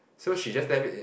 so she just left it